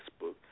Facebook